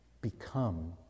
become